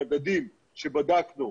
במדדים שבדקנו,